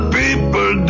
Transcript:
people